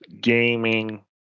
gaming